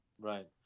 Right